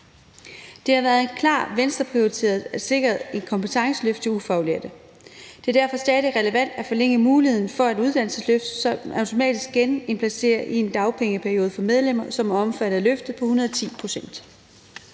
Det har været en klar Venstreprioritet at sikre et kompetenceløft til ufaglærte. Det er derfor stadig relevant at forlænge muligheden for et uddannelsesløft, som automatisk genindplacerer i en dagpengeperiode for medlemmer, som er omfattet af løftet, på 110 pct.